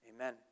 Amen